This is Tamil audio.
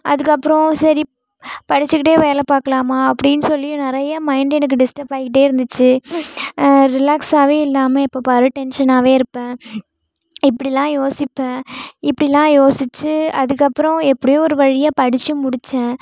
அதுக்கப்பறம் சரி படித்துக்கிட்டே வேலை பார்க்கலாமா அப்படின்னு சொல்லி நிறைய மைண்ட் எனக்கு டிஸ்டர்ப் ஆகிட்டே இருந்துச்சு ரிலாக்ஸாகவே இல்லாமல் எப்போப்பாரு டென்ஷனாகவே இருப்பேன் இப்படிலாம் யோசிப்பேன் இப்படிலாம் யோசித்து அதுக்கப்பறம் எப்படியும் ஒரு வழியாக படித்து முடித்தேன்